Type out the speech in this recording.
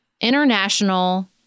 international